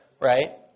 Right